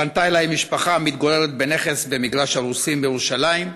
פנתה אלי משפחה המתגוררת בנכס במגרש הרוסים בירושלים,